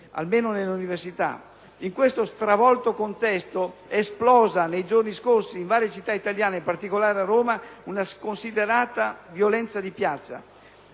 almeno nelle università. In questo stravolto contesto è esplosa nei giorni scorsi in varie città italiane, in particolare a Roma, una sconsiderata violenza di piazza.